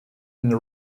and